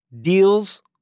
deals